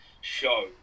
show